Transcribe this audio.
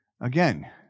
again